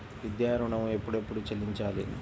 విద్యా ఋణం ఎప్పుడెప్పుడు చెల్లించాలి?